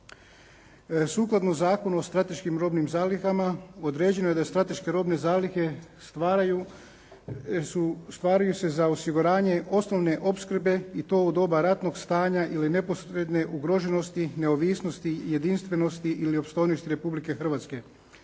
Sukladno Zakonu o strateškim robnim zalihama određeno je da strateške robne zalihe stvaraju se za osiguranje osnovne opskrbe i to u doba ratnog stanja ili neposredne ugroženosti, neovisnosti i jedinstvenosti ili opstojnosti Republike Hrvatske,